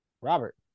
Robert